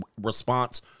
response